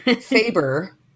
Faber